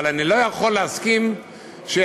אבל אני לא יכול להסכים שיבואו,